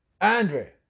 Andre